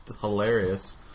hilarious